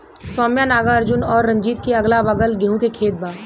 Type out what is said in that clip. सौम्या नागार्जुन और रंजीत के अगलाबगल गेंहू के खेत बा